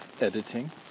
editing